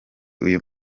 uyu